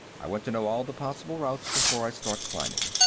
i want to know all the possible routes before i start climbing.